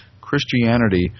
Christianity